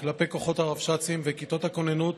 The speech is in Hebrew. כלפי כוחות הרבש"צים וכיתות הכוננות,